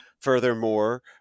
furthermore